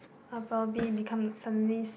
I'll probably become suddenly